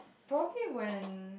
probably when